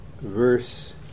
verse